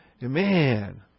Man